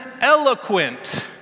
eloquent